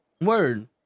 word